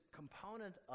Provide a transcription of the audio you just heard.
component